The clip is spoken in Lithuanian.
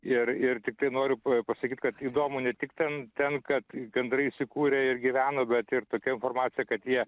ir ir tiktai noriu pa pasakyt kad įdomu ne tik ten ten kad gandrai įsikūrė ir gyveno bet ir tokia informacija kad jie